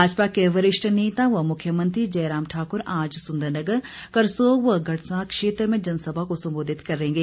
भाजपा के वरिष्ठ नेता व मुख्यमंत्री जयराम ठाक्र आज सुंदरनगर करसोग व गडसा क्षेत्र में जनसभा को सम्बोधित करेंगे